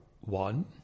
one